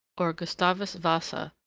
or gustavus vassa,